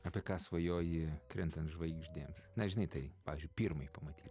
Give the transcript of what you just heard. apie ką svajoji krentant žvaigždėms na žinai tai pavyzdžiui pirmai pamatyt